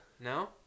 No